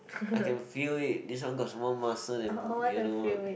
I can feel it this one got small muscle than the other one